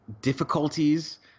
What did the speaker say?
difficulties